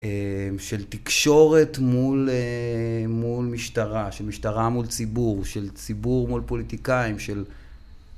של תקשורת מול משטרה, של משטרה מול ציבור, של ציבור מול פוליטיקאים, של...